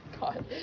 God